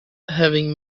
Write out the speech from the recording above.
having